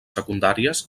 secundàries